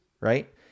right